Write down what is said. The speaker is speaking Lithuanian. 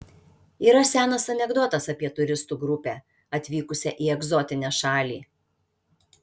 yra senas anekdotas apie turistų grupę atvykusią į egzotinę šalį